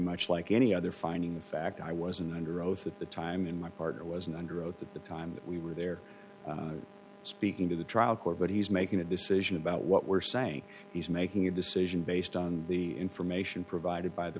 much like any other finding the fact i wasn't under oath at the time and my partner wasn't under oath at the time that we were there speaking to the trial court but he's making a decision about what we're saying he's making a decision based on the information provided by the